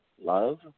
love